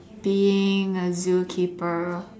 being a zoo keeper